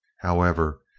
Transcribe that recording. however,